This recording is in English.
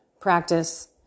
practice